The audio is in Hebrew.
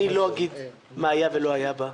אני לא אגיד מה היה בה ולא היה בה,